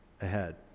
ahead